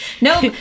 No